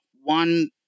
one